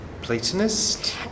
Platonist